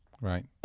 Right